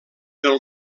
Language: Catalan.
del